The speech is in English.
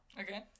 Okay